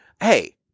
hey